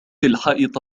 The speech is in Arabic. الحائط